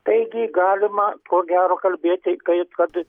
taigi galima ko gero kalbėti kaip kad